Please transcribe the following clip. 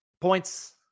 points